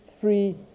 free